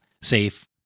safe